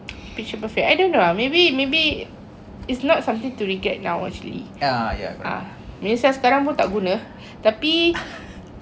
picture perfect I don't know ah maybe maybe it's not something to regret now actually ah menyesal sekarang pun tak guna tapi